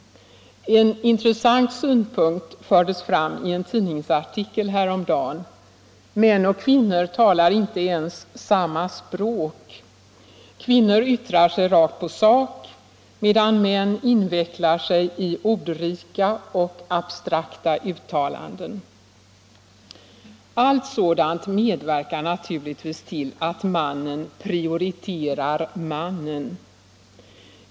En intressant synpunkt fördes fram i en tidningsartikel häromdagen. Män och kvinnor talar inte ens samma språk. Kvinnor yttrar sig rakt på sakt medan män invecklar sig i ordrika och abstrakta uttalanden. Allt sådant medverkar naturligtvis till att mannen prioriterar mannen.